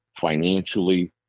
financially